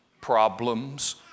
problems